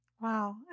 Wow